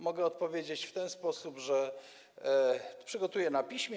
Mogę odpowiedzieć w ten sposób: przygotuję to na piśmie.